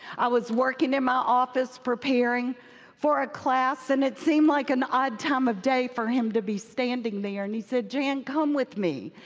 i was working in my office preparing for a class, and it seemed like an odd time of day for him to be standing there. and he said jan, come with me.